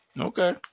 Okay